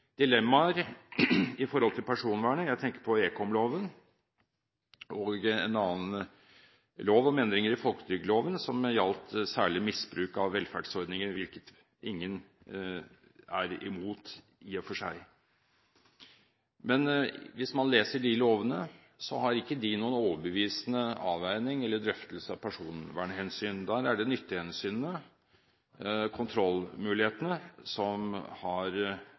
dilemmaer når det gjelder personvernet. Jeg tenker på ekomloven og lov om endringer i folketrygdloven, som gjaldt særlig misbruk av velferdsordninger, hvilket ingen er imot, i og for seg. Hvis man leser de lovene, ser man at de ikke har noen overbevisende avveining eller drøftelse av personvernhensyn. Der er det nyttehensynene, kontrollmulighetene, som